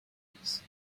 peace